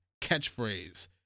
Catchphrase